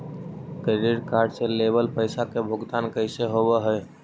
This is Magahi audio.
क्रेडिट कार्ड से लेवल पैसा के भुगतान कैसे होव हइ?